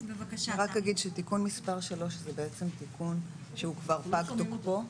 תיקון מס' 3 זה תיקון שכבר פג תוקפו.